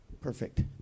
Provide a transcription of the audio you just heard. Perfect